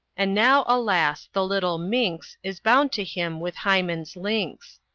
and now, alas! the little minks is bound to him with hymen's lynx.